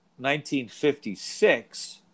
1956